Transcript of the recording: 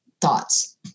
thoughts